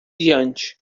diante